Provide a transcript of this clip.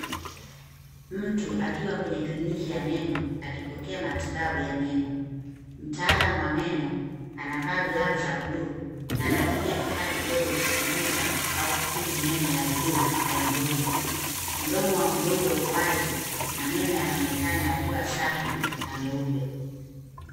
Mtu akiwa kwenye kliniki ya meno akipokea matibabu ya meno. Mtaalamu wa meno anavaa glavu za bluu na anatumia kifaa kidogo kuchunguza au kutibu meno ya juu ya mgonjwa. Mdomo wa mgonjwa uko wazi na meno yanaonekana yakiwa safi na meupe.